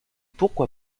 pourquoi